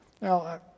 Now